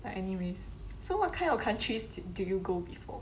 but anyways so what kind of countries did you go before